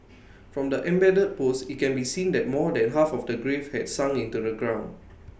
from the embedded post IT can be seen that more than half of the grave had sunk into the ground